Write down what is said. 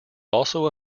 also